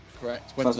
Correct